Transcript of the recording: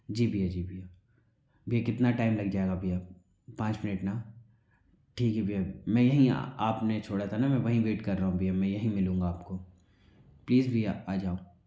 जी भैया जी भैया भैया कितना टाइम लग जाएगा भैया पाँच मिनट न ठीक है भैया मैं यहीं आपने छोड़ा था न मैं वही वेट कर रहा हूँ भैया मैं यही मिलूंगा आपको प्लीज़ भैया आ जाओ